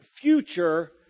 future